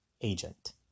agent